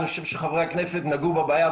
אני חושב שחברי הכנסת נגעו בבעיה,